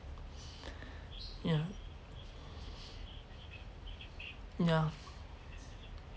ya ya